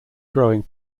growing